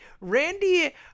Randy